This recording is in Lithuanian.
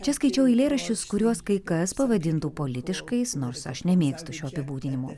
čia skaičiau eilėraščius kuriuos kai kas pavadintų politiškais nors aš nemėgstu šio apibūdinimo